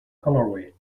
colorway